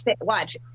watch